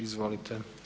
Izvolite.